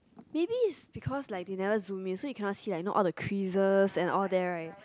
maybe is because they like never zoom in so you cannot see the you know all the squizzle and all that right